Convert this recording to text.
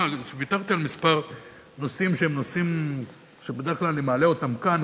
ויתרתי על כמה נושאים שהם נושאים שבדרך כלל אני מעלה אותם כאן,